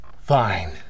Fine